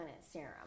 Serum